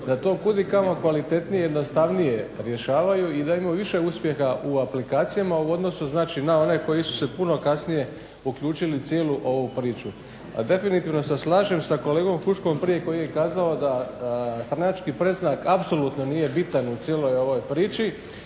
da to kudikamo kvalitetnije i jednostavnije rješavaju i da imaju više uspjeha u aplikacijama u odnosu znači na one koji su se puno kasnije uključili u cijelu ovu priču. A definitivno se slažem sa kolegom Huškom prije, koji je kazao da stranački predznak apsolutno nije bitan u cijeloj ovoj priči.